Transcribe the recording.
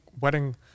wedding